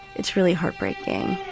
it's really heartbreaking